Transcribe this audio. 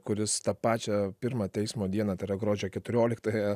kuris tą pačią pirmą teismo dieną tai yra gruodžio keturioliktąją